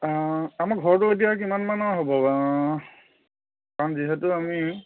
আমাৰ ঘৰটো এতিয়া কিমান মানৰ হ'ব বা কাৰণ যিহেতু আমি